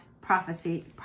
prophecy